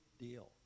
deal